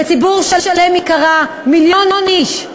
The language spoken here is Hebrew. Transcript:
וציבור שלם ייקרא, מיליון איש,